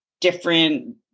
different